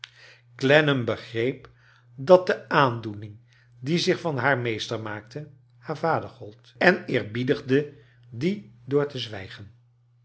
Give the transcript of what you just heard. olennam begreep dat de aandoening die zich van haar meester roaakte haar vader gold en eerbiedigde die door te zwijgen